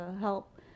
help